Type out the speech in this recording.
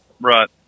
Right